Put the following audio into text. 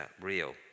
real